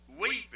weeping